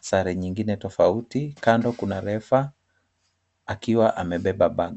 sare nyingine tofauti, kando kuna refa akiwa amebeba bag .